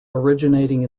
originating